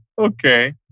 Okay